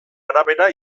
arabera